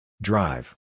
Drive